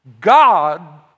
God